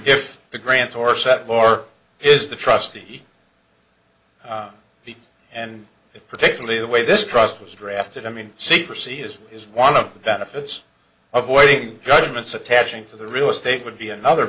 if the grants or settle or is the trustee the and particularly the way this trust was drafted i mean secrecy is is one of the benefits of voiding judgments attaching to the real estate would be another